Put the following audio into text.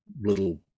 little